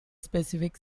specific